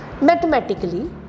Mathematically